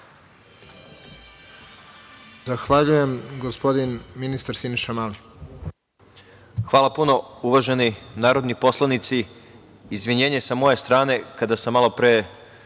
Zahvaljujem. Reč ima gospodin ministar Siniša Mali.